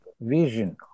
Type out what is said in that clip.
vision